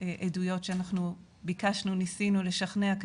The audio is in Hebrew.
עדויות שאנחנו ביקשנו/ניסינו לשכנע אבל